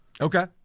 Okay